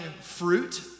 fruit